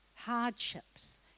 hardships